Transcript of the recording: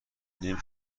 نمی